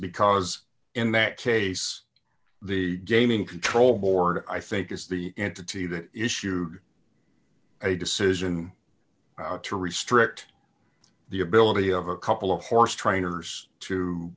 because in that case the gaming control board i think is the entity that issue a decision to restrict the ability of a couple of horse trainers to